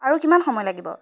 আৰু কিমান সময় লাগিব